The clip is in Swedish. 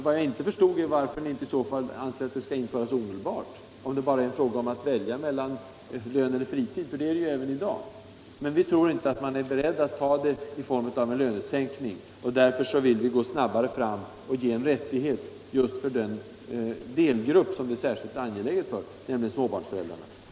Vad jag inte förstår är, varför ni i så fall inte anser att arbetstidsförkortningen skall införas omedelbart; redan i dag skulle man ju ha möjlighet att välja mellan lön eller fritid. Vi tror alltså inte att arbetstagarna är beredda att ta en arbetstidsförkortning i form av en lönesänkning. Därför vill vi gå snabbare fram när det gäller den delgrupp för vilken en arbetstidsförkortning är särskilt angelägen, nämligen småbarnsföräldrarna.